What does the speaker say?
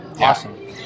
Awesome